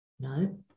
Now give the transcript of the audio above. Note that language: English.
No